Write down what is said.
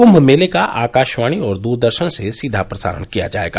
कुम्भ मेले का आकाशवाणी और दूरदर्शन से सीधा प्रसारण किया जाएगा